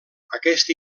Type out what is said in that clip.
aquest